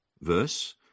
verse